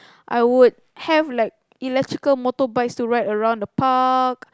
I would have like electrical motorbikes to ride around the park